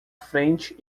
frente